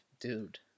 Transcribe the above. dude